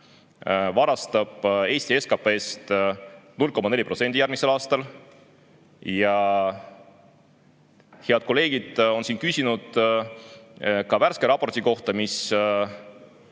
varastab Eesti SKP‑st järgmisel aastal 0,4%. Head kolleegid on siin küsinud ka värske raporti kohta, mis